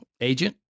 agent